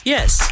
Yes